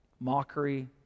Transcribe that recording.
mockery